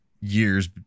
years